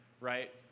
right